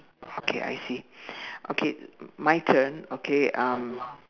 okay I see okay my turn okay um